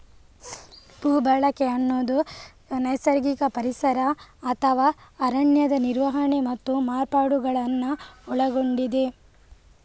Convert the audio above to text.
ಭೂ ಬಳಕೆ ಅನ್ನುದು ನೈಸರ್ಗಿಕ ಪರಿಸರ ಅಥವಾ ಅರಣ್ಯದ ನಿರ್ವಹಣೆ ಮತ್ತು ಮಾರ್ಪಾಡುಗಳನ್ನ ಒಳಗೊಂಡಿದೆ